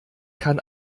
kann